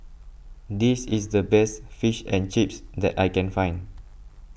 this is the best Fish and Chips that I can find